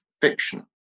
fiction